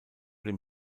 dem